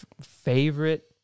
favorite